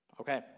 Okay